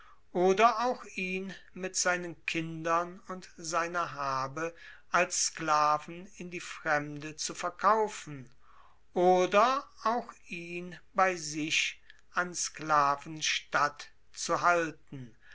oder auch ihn mit seinen kindern und seiner habe als sklaven in die fremde zu verkaufen oder auch ihn bei sich an sklaven statt zu halten